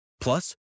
Plus